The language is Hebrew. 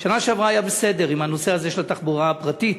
שנה שעברה היה בסדר בנושא הזה של התחבורה הפרטית,